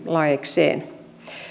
laeikseen